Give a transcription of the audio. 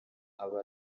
aba